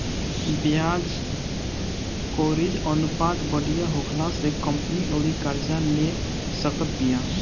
ब्याज कवरेज अनुपात बढ़िया होखला से कंपनी अउरी कर्जा ले सकत बिया